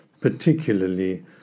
particularly